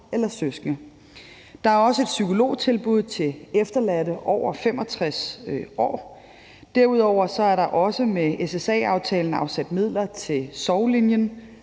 eller søskende. Der er også et psykologtilbud til efterladte over 65 år. Derudover er der også med SSA-aftalen afsat midler til Sorglinjen.